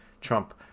Trump